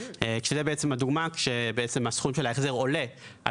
זוהי בעצם הדוגמה כשהסכום של ההחזר עולה על